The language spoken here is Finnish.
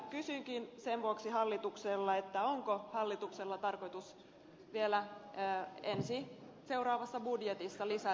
kysynkin sen vuoksi hallitukselta onko hallituksella tarkoitus vielä seuraavassa budjetissa lisätä rahaa tähän tarkoitukseen